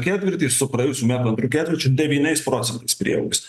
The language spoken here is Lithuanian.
ketvirtį su praėjusių metų ketvirčiu devyniais procentais prieaugis